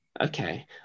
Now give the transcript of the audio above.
Okay